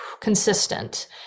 consistent